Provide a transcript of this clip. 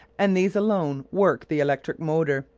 and these alone work the electric motor,